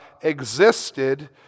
existed